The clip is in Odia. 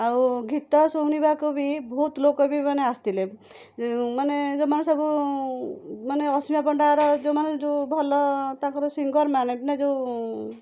ଆଉ ଗୀତ ଶୁଣିବାକୁ ବି ବହୁତ ଲୋକବି ମାନେ ଆସିଥିଲେ ମାନେ ଯେଉଁମାନେ ସବୁ ମାନେ ଅସୀମା ପଣ୍ଡାର ଯେଉଁମାନେ ଯେଉଁ ଭଲ ତାଙ୍କର ସିଙ୍ଗରମାନେ ଯେଉଁ